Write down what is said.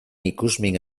ikusmin